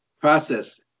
process